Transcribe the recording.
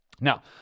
Now